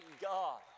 God